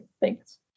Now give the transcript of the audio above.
Thanks